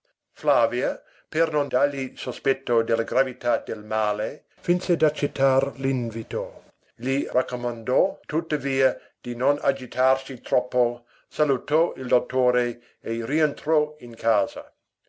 flavia per non dargli sospetto della gravità del male finse d'accettar l'invito gli raccomandò tuttavia di non agitarsi troppo salutò il dottore e rientrò in casa